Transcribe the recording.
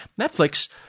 Netflix